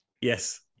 Yes